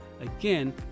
again